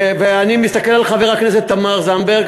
ואני מסתכל על חברת הכנסת תמר זנדברג,